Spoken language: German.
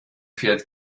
fährt